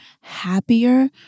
happier